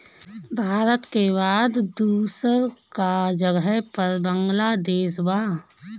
भारत के बाद दूसरका जगह पर बांग्लादेश बा